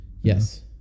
Yes